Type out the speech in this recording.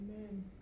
Amen